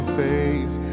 face